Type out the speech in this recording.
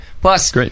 Plus